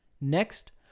Next